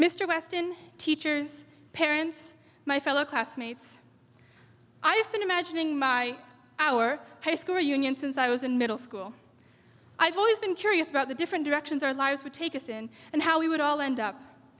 mr weston teachers parents my fellow classmates i've been imagining my our high school reunion since i was in middle school i've always been curious about the different directions our lives would take us in and how we would all end up